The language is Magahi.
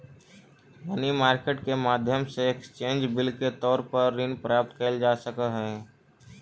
मनी मार्केट के माध्यम से एक्सचेंज बिल के तौर पर ऋण प्राप्त कैल जा सकऽ हई